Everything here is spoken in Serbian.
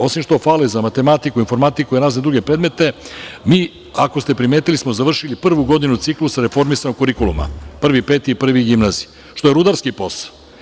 Osim što fale za matematiku, informatiku i razne druge predmete, mi, ako ste primetili, smo završili prvu godinu ciklusa reformisanog kurikuluma, prvi, peti i prvi gimnazije, što je rudarski posao.